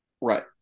Right